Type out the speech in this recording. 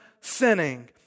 sinning